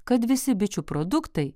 kad visi bičių produktai